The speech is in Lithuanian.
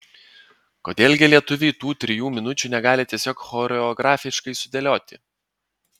kodėl gi lietuviai tų trijų minučių negali tiesiog choreografiškai sudėlioti